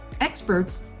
experts